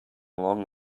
long